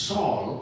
Saul